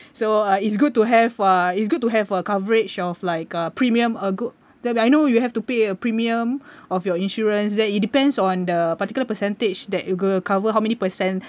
so uh it's good to have uh it's good to have a coverage of like a premium a good I mean I know you have to pay a premium of your insurance that it depends on the particular percentage that it will cover how many percent